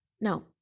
Now